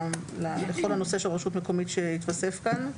לכל הנושא של רשות מקומית שהתווסף כאן.